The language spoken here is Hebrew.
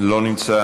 אינו נוכח,